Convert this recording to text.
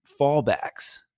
fallbacks